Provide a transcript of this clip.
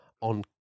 on